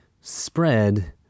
spread